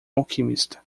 alquimista